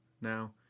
now